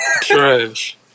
Trash